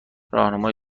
راهنمای